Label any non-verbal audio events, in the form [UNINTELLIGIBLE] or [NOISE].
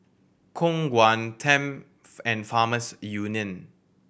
Khong Guan Tempt [UNINTELLIGIBLE] and Farmers Union